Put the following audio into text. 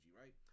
right